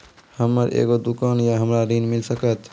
हमर एगो दुकान या हमरा ऋण मिल सकत?